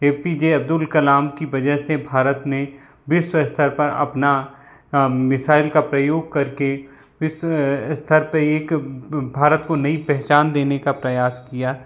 ए P J Abdul Kalam की वजह से भारत में विश्व स्तर पर अपना मिसाइल का प्रयोग करके विश्व स्तर पे एक भारत को नई पहचान देने का प्रयास किया